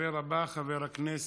הדובר הבא, חבר הכנסת